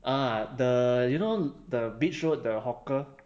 ah the you know the beach road the hawker